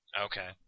Okay